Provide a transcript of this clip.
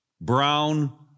brown